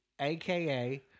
AKA